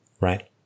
right